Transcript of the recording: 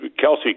Kelsey